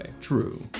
True